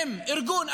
עם ארגון,